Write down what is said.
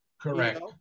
Correct